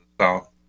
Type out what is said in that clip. South